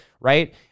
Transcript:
right